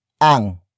ang